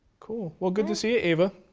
cool, well good to see you, ava.